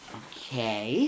okay